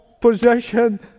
possession